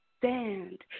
stand